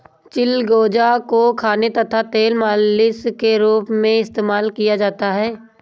चिलगोजा को खाने तथा तेल मालिश के रूप में इस्तेमाल किया जाता है